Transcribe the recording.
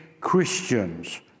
Christians